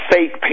fake